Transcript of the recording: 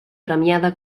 premiada